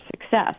success